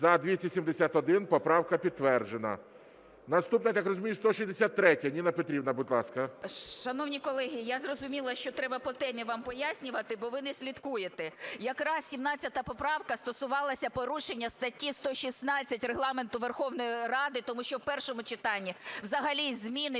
За-271 Поправка підтверджена. Наступна, я так розумію, 163-я. Ніна Петрівна, будь ласка. 11:27:53 ЮЖАНІНА Н.П. Шановні колеги, я зрозуміла, що треба по темі вам пояснювати, бо ви не слідкуєте. Якраз 17 поправка стосувалася порушення статті 116 Регламенту Верховної Ради, тому що в першому читанні взагалі зміни